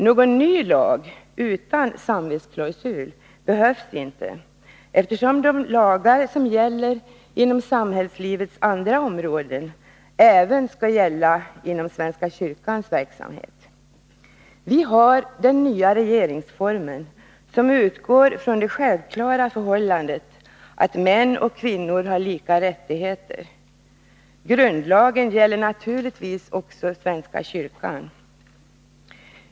Någon ny lag utan samvetsklausul behövs inte, eftersom de lagar som gäller inom samhällslivets andra områden även bör gälla inom svenska kyrkans verksamhetsområde. Den nya regeringsformen utgår från det självklara förhållandet att män och kvinnor har lika rättigheter. Grundlagen gäller naturligtvis också svenska kyrkan.